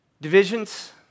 Divisions